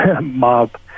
mob